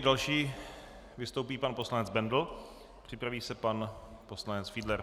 Další vystoupí pan poslanec Bendl, připraví se pan poslanec Fiedler.